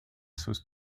sauce